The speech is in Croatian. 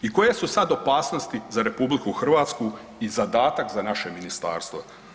I koje su sad opasnosti za RH i zadatak za naše ministarstvo?